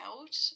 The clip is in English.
out